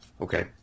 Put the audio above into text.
okay